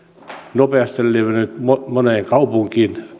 nopeasti levinnyt moneen kaupunkiin